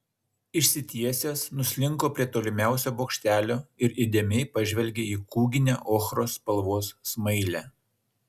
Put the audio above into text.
išsitiesęs nuslinko prie tolimiausio bokštelio ir įdėmiai pažvelgė į kūginę ochros spalvos smailę